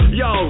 yo